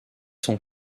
son